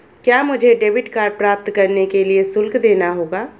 क्या मुझे debit card प्राप्त करने के लिए शुल्क देना होगा?